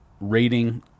rating